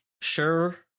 sure